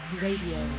radio